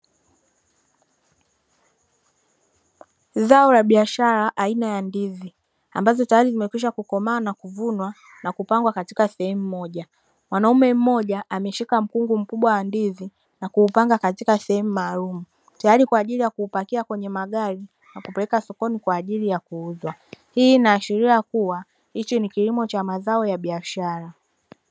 Zao la biashara aina ya ndizi, ambazo tayari zimekwishakukomaa na kuvunwa na kupangwa katika sehemu moja. Mwanaume mmoja ameshika mkungu mkubwa wa ndizi na kuupanga katika sehemu maalumu, tayari kwa ajili ya kupakia kwenye magari na kupeleka sehemu maalumu kwa ajili ya kuuzwa. Hii inaashiria kuwa, hichi ni kilimo cha mazao ya biashara.